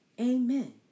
Amen